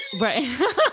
right